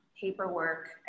paperwork